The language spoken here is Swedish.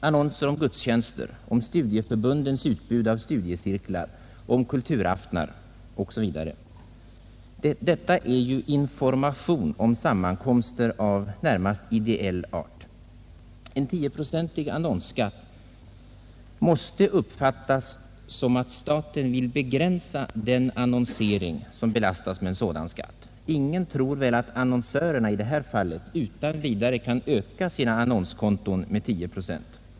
Annonser om gudstjänster, om studieförbundens utbud av studiecirklar, om kulturaftnar osv. — detta är ju information om sammankomster av närmast ideell art. En 10-procentig annonsskatt måste uppfattas som att staten vill begränsa den annonsering som belastas med en sådan skatt. Ingen tror väl att annonsörerna i det här fallet utan vidare kan öka sina annonskonton med 10 procent.